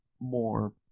more